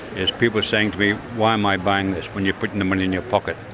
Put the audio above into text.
is people saying to me, why am i buying this when you're putting the money in your pocket?